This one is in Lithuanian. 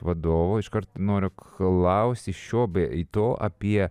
vadovo iškart noriu klausti šio bei to apie